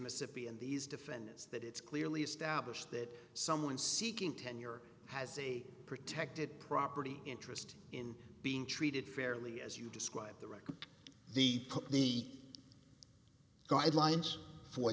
mississippi and these defendants that it's clearly established that someone seeking tenure has a protected property interest in being treated fairly as you describe the record the the guidelines for